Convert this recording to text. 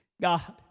God